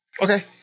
Okay